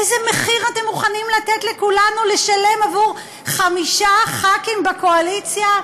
איזה מחיר אתם מוכנים לתת לכולנו לשלם עבור חמישה חברי כנסת בקואליציה?